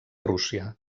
rússia